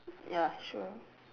ya sure